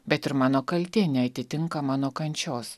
bet ir mano kaltė neatitinka mano kančios